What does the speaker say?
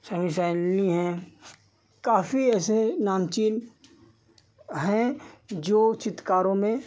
शैलनी हैं काफ़ी ऐसे नामचीन हैं जो चित्रकारों में